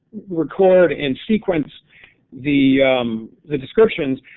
record and sequence the the descriptions,